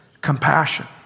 Compassion